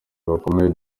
bakomeye